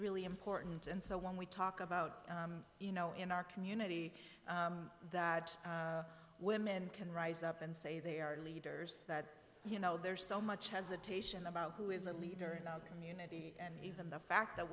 really important and so when we talk about you know in our community that women can rise up and say they are leaders that you know there's so much hesitation about who is a leader in our community and even the fact that